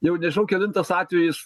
jau nežinau kelintas atvejis